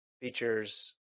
Features